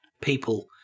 people